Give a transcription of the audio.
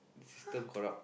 system corrupt